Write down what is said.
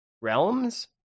realms